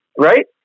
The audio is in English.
right